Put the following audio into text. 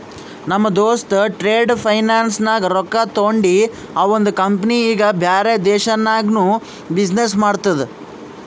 ನಮ್ ದೋಸ್ತ trade finance ನಾಗ್ ರೊಕ್ಕಾ ತೊಂಡಿ ಅವಂದ ಕಂಪನಿ ಈಗ ಬ್ಯಾರೆ ದೇಶನಾಗ್ನು ಬಿಸಿನ್ನೆಸ್ ಮಾಡ್ತುದ